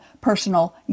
personal